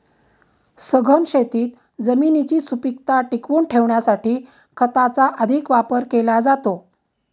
सघन शेतीत जमिनीची सुपीकता टिकवून ठेवण्यासाठी खताचा अधिक वापर केला जातो